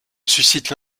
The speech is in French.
suscitent